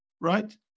right